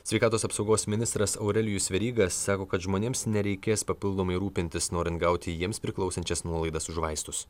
sveikatos apsaugos ministras aurelijus veryga sako kad žmonėms nereikės papildomai rūpintis norint gauti jiems priklausančias nuolaidas už vaistus